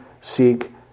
seek